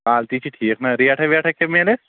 quality چھِ ٹھیٖک نا ریٹھاہ ویٹھاہ کیٛاہ میلہِ اَسہِ